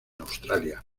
australia